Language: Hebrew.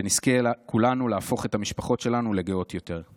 שנזכה כולנו להפוך את המשפחות שלנו לגאות יותר.